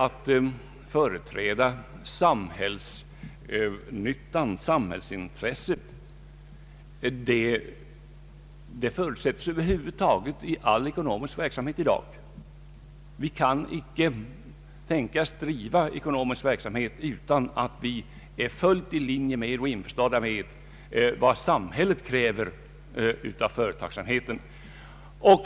Att företräda samhällsnyttan och samhällsintressena förutsätts över huvud taget i all ekonomisk verksamhet i dag. Vi kan icke driva ekonomisk verksamhet utan att vara fullt införstådda med vad samhället kräver av företagsamheten.